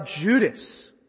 Judas